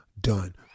done